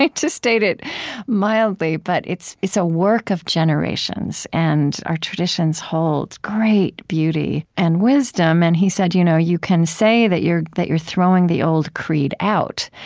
to state it mildly, but it's it's a work of generations. and our traditions hold great beauty and wisdom. and he said, you know you can say that you're that you're throwing the old creed out,